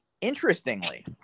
Interestingly